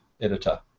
editor